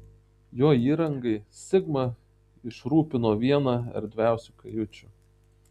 jo įrangai sigma išrūpino vieną erdviausių kajučių